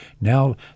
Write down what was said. Now